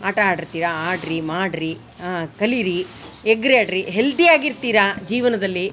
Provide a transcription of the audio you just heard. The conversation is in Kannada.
ಆಟ ಆಡಿರ್ತೀರಾ ಆಡಿರಿ ಮಾಡಿರಿ ಕಲೀರಿ ಹಗರಾಡಿರಿ ಹೆಲ್ದಿಯಾಗಿರ್ತೀರಿ ಜೀವನದಲ್ಲಿ